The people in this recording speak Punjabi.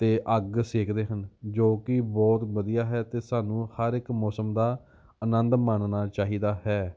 ਅਤੇ ਅੱਗ ਸੇਕਦੇ ਹਨ ਜੋ ਕਿ ਬਹੁਤ ਵਧੀਆ ਹੈ ਅਤੇ ਸਾਨੂੰ ਹਰ ਇੱਕ ਮੌਸਮ ਦਾ ਆਨੰਦ ਮਾਣਨਾ ਚਾਹੀਦਾ ਹੈ